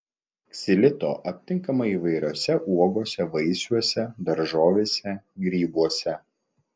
ksilito aptinkama įvairiose uogose vaisiuose daržovėse grybuose